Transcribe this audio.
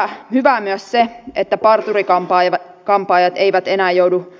on hyvää myös se että parturi kampaajat eivät enää joudu